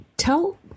Tell